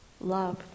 love